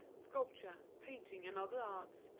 sculpture, painting and other arts,